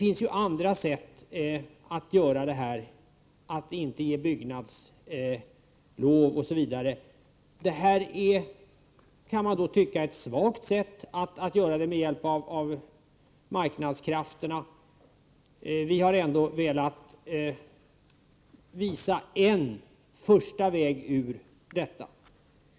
Man kan också välja andra vägar i detta sammanhang — t.ex. att inte ge byggnadslov. Att vidta åtgärder med hjälp av marknadskrafterna kan tyckas svagt. Vi har ändå velat visa på en möjlig väg.